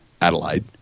Adelaide